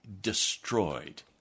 destroyed